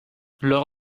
leur